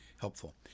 helpful